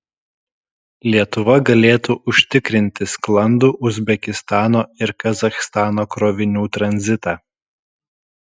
lietuva galėtų užtikrinti sklandų uzbekistano ir kazachstano krovinių tranzitą